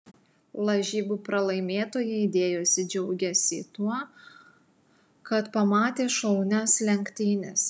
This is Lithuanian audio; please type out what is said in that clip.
lažybų pralaimėtojai dėjosi džiaugiąsi tuo kad pamatė šaunias lenktynes